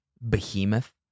behemoth